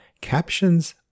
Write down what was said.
Captions